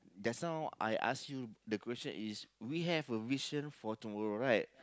just now I ask you the question is we have a vision for tomorrow right